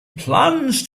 plans